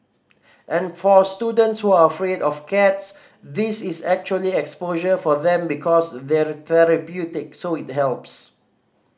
and for students who are afraid of cats this is actually exposure for them because they're therapeutic so it helps